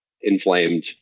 inflamed